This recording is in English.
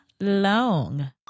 Long